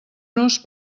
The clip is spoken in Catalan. nos